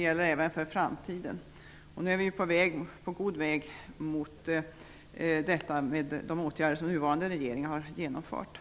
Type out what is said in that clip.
Nu är vi på god väg mot detta med de åtgärder som den nuvarande regeringen har genomfört.